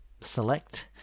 Select